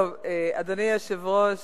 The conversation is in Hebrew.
אדוני היושב-ראש,